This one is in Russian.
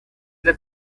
для